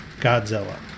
Godzilla